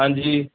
ਹਾਂਜੀ